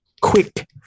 quick